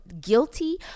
guilty